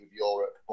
Europe